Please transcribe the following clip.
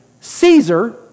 Caesar